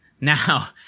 Now